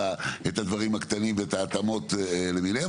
הדברים הקטנים ואת ההתאמות למיניהן.